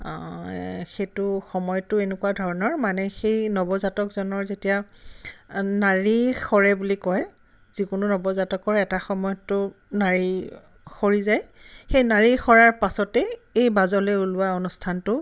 সেইটো সময়টো এনেকুৱা ধৰণৰ মানে সেই নৱজাতকজনৰ যেতিয়া নাড়ী সৰে বুলি কয় যিকোনো নৱজাতকৰ এটা সময়তটো নাড়ী সৰি যায় সেই নাড়ী সৰাৰ পাছতেই এই বাজলে ওলোৱা অনুষ্ঠানটো